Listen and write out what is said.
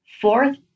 Fourth